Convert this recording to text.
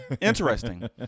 Interesting